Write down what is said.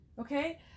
Okay